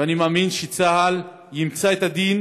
ואני מאמין שצה"ל ימצה את הדין